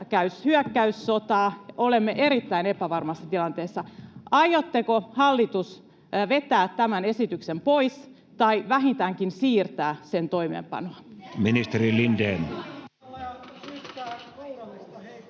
käy hyökkäyssotaa ja olemme erittäin epävarmassa tilanteessa. Aiotteko, hallitus, vetää tämän esityksen pois tai vähintäänkin siirtää sen toimeenpanoa? [Välihuutoja